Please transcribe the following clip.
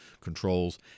controls